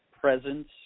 presence